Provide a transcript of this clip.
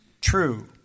true